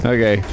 Okay